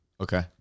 Okay